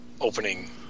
opening